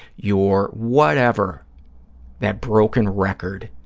you're whatever that broken record